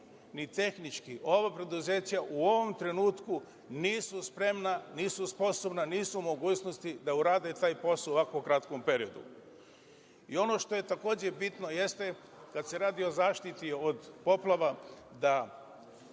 ni tehnički, ova preduzeća, u ovom trenutku nisu spremna, nisu sposobna, nisu u mogućnosti da urade taj posao u ovako kratkom periodu. Ono što je takođe bitno, jeste, kada se radi o zaštiti od poplava, da